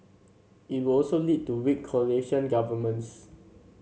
it would also lead to weak coalition governments